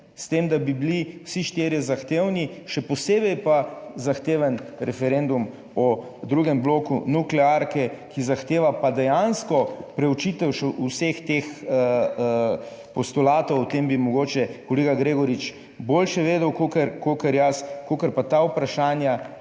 s tem da bi bili vsi štirje zahtevni, še posebej pa zahteven referendum o drugem bloku nuklearke, ki zahteva pa dejansko preučitev vseh teh postulatov - o tem bi mogoče kolega Gregorič boljše vedel kako kakor jaz -, kakor pa ta vprašanja,